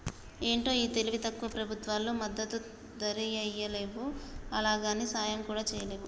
ఏంటో ఈ తెలివి తక్కువ ప్రభుత్వాలు మద్దతు ధరియ్యలేవు, అలాగని సాయం కూడా చెయ్యలేరు